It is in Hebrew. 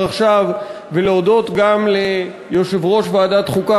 עכשיו ולהודות גם ליושב-ראש ועדת חוקה,